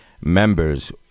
members